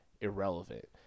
irrelevant